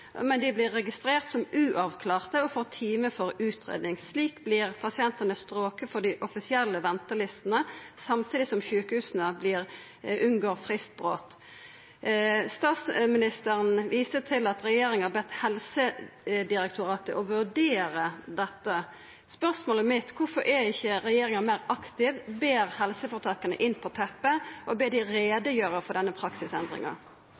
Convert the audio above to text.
men dei vert registrerte som uavklarte og får time for utgreiing. Slik vert pasientane strokne frå dei offisielle ventelistene, samtidig som sjukehusa unngår fristbrot. Statsministeren viste til at regjeringa har bedt Helsedirektoratet om å vurdera dette. Spørsmålet mitt er: Kvifor er ikkje regjeringa meir aktiv – tar helseføretaka inn på teppet og ber dei gjera greie for denne praksisendringa?